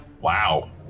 Wow